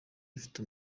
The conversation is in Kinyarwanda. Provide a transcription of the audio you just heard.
rifite